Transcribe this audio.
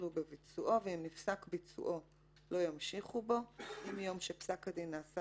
ואם נפסק ביצועו לא ימשיכו בו אם מיום שפסק הדין נעשה